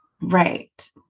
Right